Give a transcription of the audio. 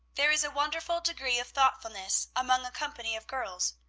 there is a wonderful degree of thoughtfulness among a company of girls.